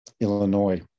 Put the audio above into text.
Illinois